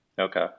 okay